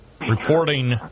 reporting